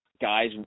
guys